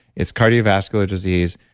it's cardiovascular disease,